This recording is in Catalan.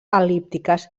el·líptiques